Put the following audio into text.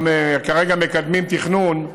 כרגע מקדמים תכנון,